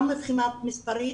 גם מבחינה מספרית,